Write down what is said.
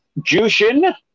Jushin